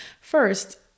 First